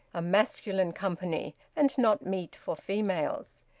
a masculine company, and not meet for females.